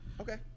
Okay